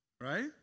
Right